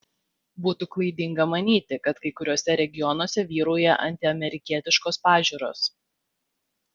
būtų klaidinga manyti kad kai kuriuose regionuose vyrauja antiamerikietiškos pažiūros